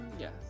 Yes